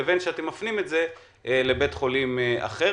לבין הפניה לבית חולים אחר?